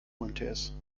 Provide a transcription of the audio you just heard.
umts